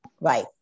Right